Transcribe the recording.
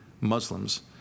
Muslims